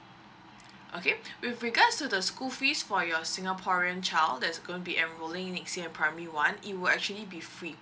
okay with regards to the school fees for your singaporean child that's gonna be enrolling next year primary one it will actually be free